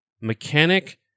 mechanic